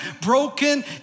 broken